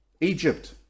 Egypt